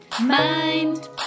mind